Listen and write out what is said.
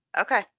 Okay